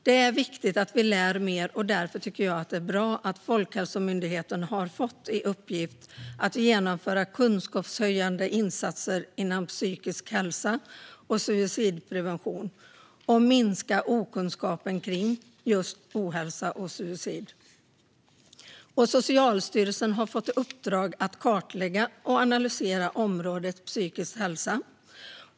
Det är viktigt att vi lär mer. Därför tycker jag att det är bra att Folkhälsomyndigheten har fått i uppgift att genomföra kunskapshöjande insatser inom psykisk hälsa och suicidprevention samt minska okunskapen kring just ohälsa och suicid. Socialstyrelsen har fått i uppdrag att kartlägga och analysera området psykisk hälsa.